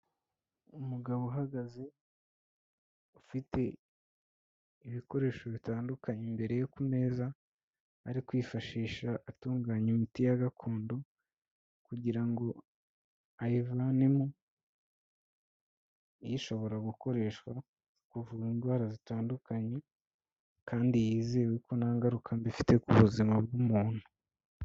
Umugabo uhagaze, ufite ibikoresho bitandukanye imbere yo ku meza, ari kwifashisha atunganya imiti ya gakondo kugira ngo ayivanemo ishobora gukoreshwa mu kuvura indwara zitandukanye kandi yizewe ko nta ngaruka mbi ifite ku buzima bw'umuntu.